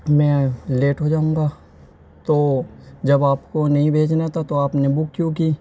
میں لیٹ ہو جاؤں گا تو جب آپ کو نہیں بھیجنا تھا تو آپ نے بک کیوں کی